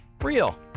Real